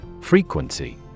Frequency